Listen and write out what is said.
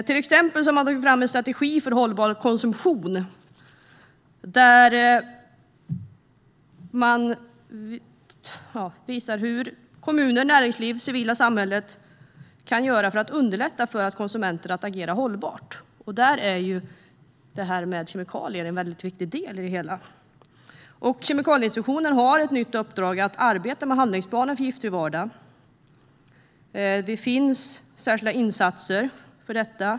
Till exempel har man tagit fram en strategi för hållbar konsumtion där man visar vad kommuner, näringsliv och det civila samhället kan göra för att underlätta för konsumenter att agera hållbart. Där är det här med kemikalier en viktig del. Kemikalieinspektionen har ett nytt uppdrag att arbeta med handlingsplanen för en giftfri vardag. Det finns särskilda insatser för detta.